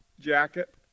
Jacket